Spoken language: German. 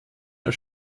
als